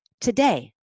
Today